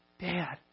Dad